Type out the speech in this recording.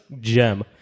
gem